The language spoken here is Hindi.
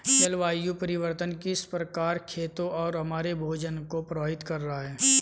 जलवायु परिवर्तन किस प्रकार खेतों और हमारे भोजन को प्रभावित कर रहा है?